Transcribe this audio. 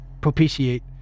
propitiate